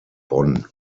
bonn